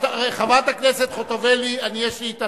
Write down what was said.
פעם ראשונה אני קורא אותך